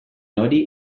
hori